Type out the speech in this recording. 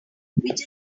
which